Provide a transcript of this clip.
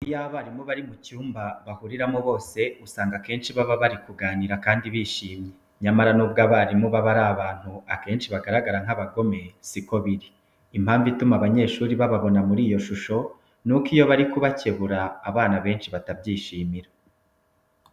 Iyo abarimu bari mu cyumba bahuriramo bose usanga akenshi baba bari kuganira kandi bishimye. Nyamara nubwo abarimu baba ari abantu akenshi bagaragara nk'abagome si ko biri. Impamvu ituma abanyeshuri bababona muri iyo shusho nuko iyo bari kubakebura abana benshi batabyishimira.